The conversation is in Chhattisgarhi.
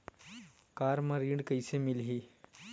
कार म ऋण कइसे मिलही?